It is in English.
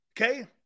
Okay